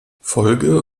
folge